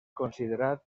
considerat